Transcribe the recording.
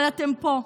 אבל אתם פה,